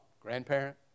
grandparent